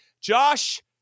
Josh